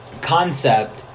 concept